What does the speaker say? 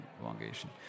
elongation